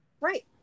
Right